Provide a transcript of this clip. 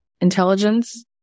intelligence